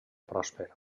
pròsper